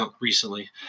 recently